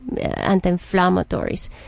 anti-inflammatories